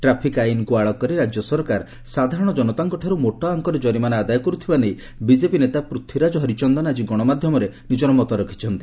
traffic ଆଇନକୁ ଆଳ କରି ରାଜ୍ୟ ସରକାର ସାଧାରଶ ଜନତାଙ୍କଠାରୁ ମୋଟା ଅଙ୍କର ଜରିମାନା ଆଦାୟ କରୁଥିବା ନେଇ ବିଜେପି ନେତା ପୃଥ୍ୱୀରାଜ ହରିଚନ୍ଦନ ଆଜି ଗଣମାଧ୍ୟମରେ ନିଜର ମତ ରଖିଛନ୍ତି